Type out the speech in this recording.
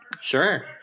Sure